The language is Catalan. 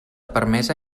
permesa